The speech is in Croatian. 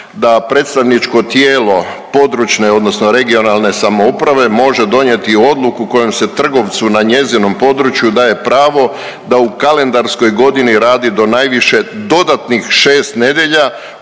da predstavničko tijelo područne odnosno regionalne samouprave može donijeti odluku kojom se trgovcu na njezinom području daje pravo da u kalendarskoj godini radi do najviše dodatnih 6 nedjelja